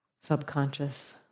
subconscious